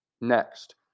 Next